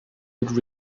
would